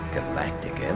Galactic